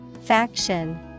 Faction